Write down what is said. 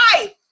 life